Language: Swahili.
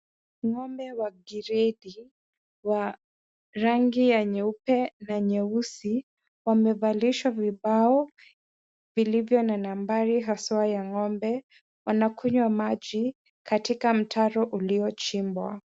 Ng'ombe wa gredi wa rangi ya nyeupe na nyeusi, wamevalishwa vibao vilivyo na nambari haswa ya ng'ombe. Wanakunywa maji katika mtaro uliochimbwa.